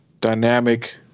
dynamic